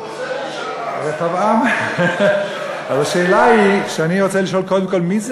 רחבעם רוצה משאל עם.